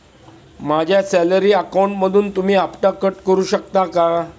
माझ्या सॅलरी अकाउंटमधून तुम्ही हफ्ता कट करू शकता का?